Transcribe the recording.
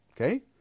Okay